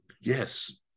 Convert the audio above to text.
yes